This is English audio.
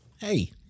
Hey